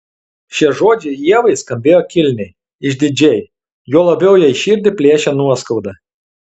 šie žodžiai ievai skambėjo kilniai išdidžiai juo labiau jai širdį plėšė nuoskauda